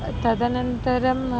तदनन्तरम्